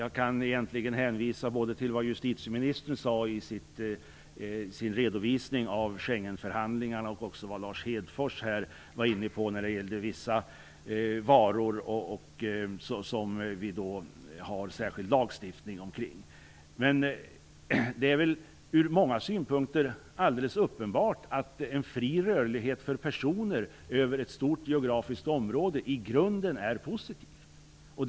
Jag kan egentligen hänvisa till vad justitieministern sade i sin redovisning av Schengenförhandlingarna och också till vad Lars Hedfors var inne på när det gäller vissa varor som vi har särskild lagstiftning om. Det är väl alldeles uppenbart att en fri rörlighet över ett stort geografiskt område för personer i grunden är positivt.